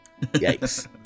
Yikes